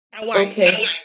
Okay